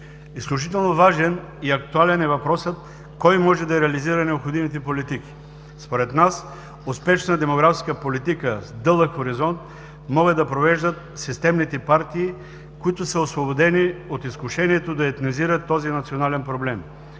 Изключително важен и актуален е въпросът: кой може да реализира необходимите политики? Според нас успешна демографска политика с дълъг хоризонт могат да провеждат системните партии, които са освободени от изкушението да етнизират този национален проблем,